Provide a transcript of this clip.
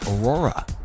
Aurora